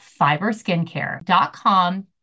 FiberSkincare.com